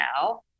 now